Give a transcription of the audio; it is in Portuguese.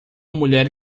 mulher